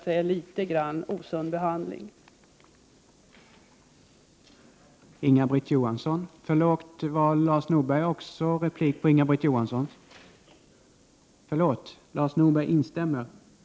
Det är en litet osund behandling av frågan.